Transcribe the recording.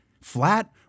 Flat